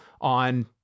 on